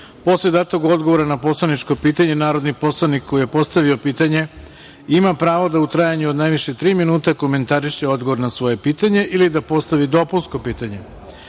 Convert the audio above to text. Posle datog odgovora na poslaničko pitanje narodni poslanik koji je postavio pitanje ima pravo da u trajanju od najviše tri minuta komentariše odgovor na svoje pitanje ili da postavi dopunsko pitanje.